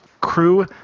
crew